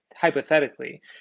hypothetically